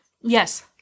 Yes